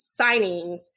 signings